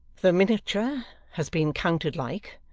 the miniature has been counted like.